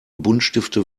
buntstifte